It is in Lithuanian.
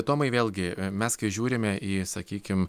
tomai vėlgi mes kai žiūrime į sakykim